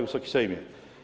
Wysoki Sejmie!